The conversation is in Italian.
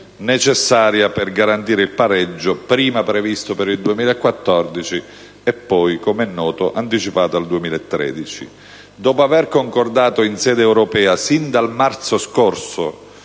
necessaria per garantire il pareggio prima previsto per il 2014 e poi - come è noto - anticipato al 2013. Dopo aver concordato in sede europea, sin dal marzo scorso,